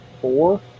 Four